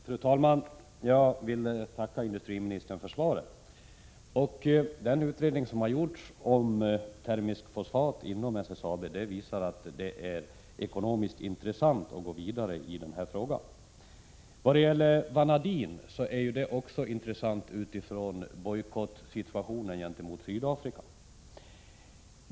Fru talman! Jag vill tacka industriministern för svaret. Den utredning som har gjorts inom SSAB om termiskt fosfat visar att det är ekonomiskt intressant att gå vidare i frågan. När det gäller vanadin vill jag säga att det är intressant också med hänsyn till bojkottsituationen gentemot Sydafrika.